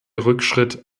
rückschritt